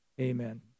amen